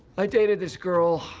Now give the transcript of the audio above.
ah dated this girl.